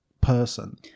person